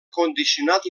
condicionat